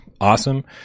awesome